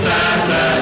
Santa